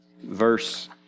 verse